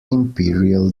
imperial